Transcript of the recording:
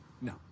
No